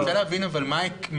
אני רוצה להבין מה ההיקף,